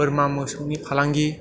बोरमा मोसौनि फालांगि